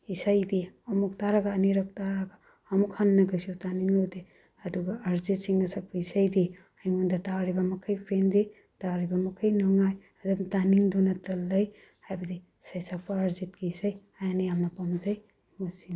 ꯏꯁꯩꯗꯤ ꯑꯃꯨꯛ ꯇꯥꯔꯒ ꯑꯅꯤꯔꯛ ꯇꯥꯔꯒ ꯑꯃꯨꯛ ꯍꯟꯅ ꯀꯩꯁꯨ ꯇꯥꯅꯤꯡꯉꯨꯗꯦ ꯑꯗꯨꯒ ꯑꯥꯔꯖꯤꯠ ꯁꯤꯡꯅ ꯁꯛꯄ ꯏꯁꯩꯗꯤ ꯑꯩꯉꯣꯟꯗ ꯇꯥꯔꯤꯕ ꯃꯈꯩ ꯄꯦꯟꯗꯦ ꯇꯥꯔꯤꯕ ꯃꯈꯩ ꯅꯨꯡꯉꯥꯏ ꯑꯗꯨꯝ ꯇꯥꯅꯤꯡꯗꯨꯅꯇ ꯂꯩ ꯍꯥꯏꯕꯗꯤ ꯁꯩꯁꯛꯄ ꯑꯥꯔꯖꯤꯠꯀꯤ ꯏꯁꯩ ꯑꯩꯅ ꯌꯥꯝꯅ ꯄꯥꯝꯖꯩ